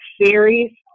series